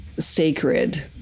sacred